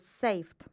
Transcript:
saved